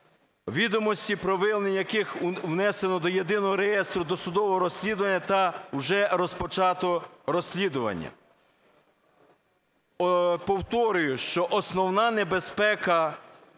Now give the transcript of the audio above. відомості про виявлення яких внесено до Єдиного реєстру досудового розслідування та вже розпочато розслідування". Повторюю, що основна небезпека